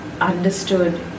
understood